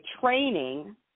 training